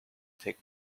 take